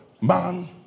man